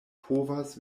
povas